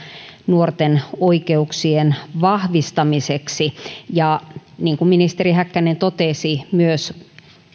nuorten oikeuksien vahvistamiseksi ja niin kuin ministeri häkkänen totesi myös